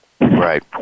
Right